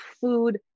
food